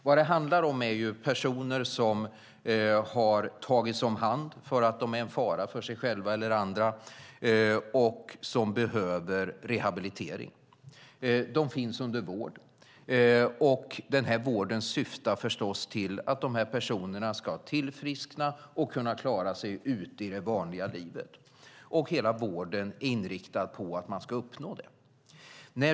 Vad det handlar om är personer som har tagits om hand för att de är en fara för sig själva eller andra och som behöver rehabilitering. De finns under vård, och den vården syftar förstås till att dessa personer ska tillfriskna och kunna klara sig ute i det vanliga livet. Hela vården är inriktad på att man ska uppnå detta.